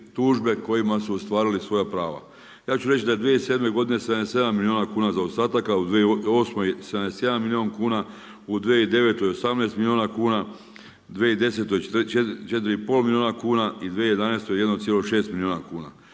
kojima su ostvarili svoja prava. Ja ću reći da je 2007. 77 milijuna kuna zaostataka, u 2008. 71 milijun kuna, u 2009. 18 milijuna kuna, 2010. 4,5 milijuna kuna i 2011. 1,6 milijuna kuna.